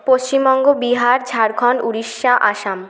Paschimbanga Bihar Jharkhand Orissa Assam